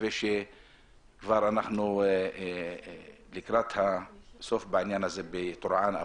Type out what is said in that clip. מקווה שאנחנו לקראת הסוף בעניין הזה בטורעאן,